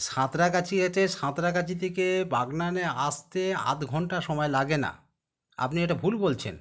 সাঁতরাগাছি গিয়েছে সাঁতরাগাছি থেকে বাগনানে আসতে আধঘণ্টা সময় লাগে না আপনি এটা ভুল বলছেন